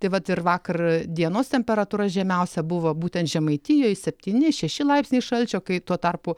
tai vat ir vakar dienos temperatūra žemiausia buvo būtent žemaitijoj septyni šeši laipsniai šalčio kai tuo tarpu